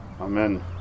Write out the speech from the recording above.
Amen